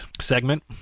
segment